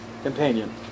companion